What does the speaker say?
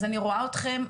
אז אני רואה אתכם,